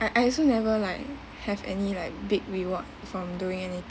I also never like have any like big reward from doing any